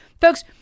Folks